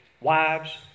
Wives